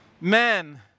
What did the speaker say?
Men